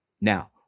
Now